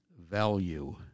value